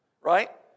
right